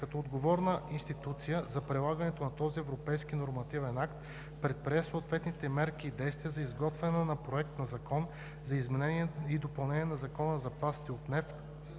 като отговорна институция за прилагането на този европейски нормативен акт, предприе съответните мерки и действия за изготвяне на Проект на Закон за изменение и допълнение на Закона за запасите от нефт